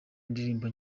indirimbo